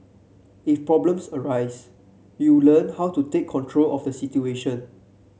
if problems arise you learn how to take control of the situation